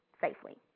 safely